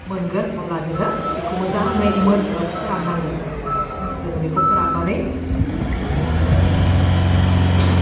मोनगो अब्ला जोङो बेखौ मोजाङै मोन ओह फोराननांगोन जोङो बेखौ फोराननानै ओह